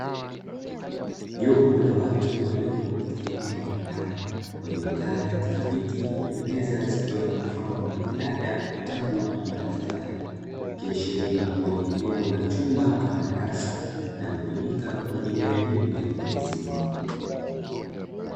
Jopo la watu waliopo katika eneo la ndani waliokaa katika viti huku meza ikiwa na mfano wa majalada, vitabu ama madaftari, ikiashiria kuwa ni eneo la chumba ama darasa linalotumika kwa ajili ya elimu ya watu wazima.